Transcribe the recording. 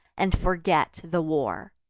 and forget the war.